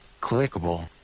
clickable